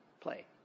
play